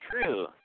true